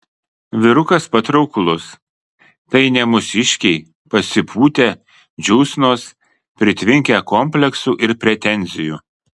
vyrukas patrauklus tai ne mūsiškiai pasipūtę džiūsnos pritvinkę kompleksų ir pretenzijų